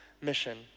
mission